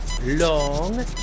long